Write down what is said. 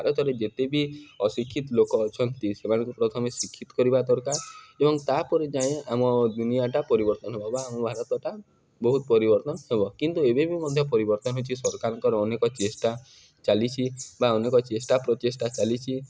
ଭାରତରେ ଯେତେ ବି ଅଶିକ୍ଷିତ ଲୋକ ଅଛନ୍ତି ସେମାନଙ୍କୁ ପ୍ରଥମେ ଶିକ୍ଷିତ କରିବା ଦରକାର ଏବଂ ତାପରେ ଯାଏଁ ଆମ ଦୁନିଆଟା ପରିବର୍ତ୍ତନ ହେବ ବା ଆମ ଭାରତଟା ବହୁତ ପରିବର୍ତ୍ତନ ହେବ କିନ୍ତୁ ଏବେ ବି ମଧ୍ୟ ପରିବର୍ତ୍ତନ ହେଉଛି ସରକାରଙ୍କର ଅନେକ ଚେଷ୍ଟା ଚାଲିଛି ବା ଅନେକ ଚେଷ୍ଟା ପ୍ରଚେଷ୍ଟା ଚାଲିଛି